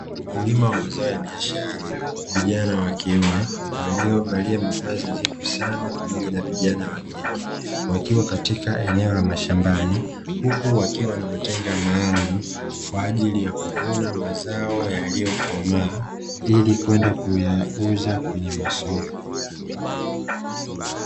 Wakulima wa mazao ya biashara vijana wa kiume waliovalia mavazi nadhifu sana pamoja na vijana wa kike, wakiwa Katika eneo la mashambani huku wakiwa na matenga maalumu kwa ajili ya kuvuna mazao yaliyokomaa, ili kwenda kuyauza kwenye masoko.